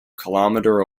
kilometer